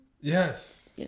Yes